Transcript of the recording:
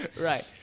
Right